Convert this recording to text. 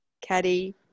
Caddy